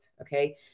Okay